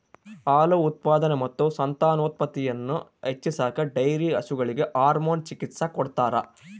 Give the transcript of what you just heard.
ಹಾಲು ಉತ್ಪಾದನೆ ಮತ್ತು ಸಂತಾನೋತ್ಪತ್ತಿಯನ್ನು ಹೆಚ್ಚಿಸಾಕ ಡೈರಿ ಹಸುಗಳಿಗೆ ಹಾರ್ಮೋನ್ ಚಿಕಿತ್ಸ ಕೊಡ್ತಾರ